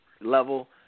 level